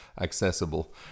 accessible